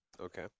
Okay